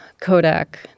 Kodak